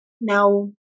Now